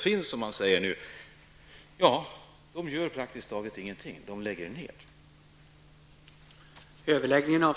De aktörer som finns gör praktiskt taget ingenting utan de lägger ned.